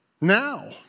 Now